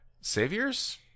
Saviors